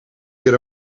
weer